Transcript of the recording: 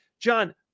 John